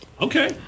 Okay